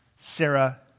Sarah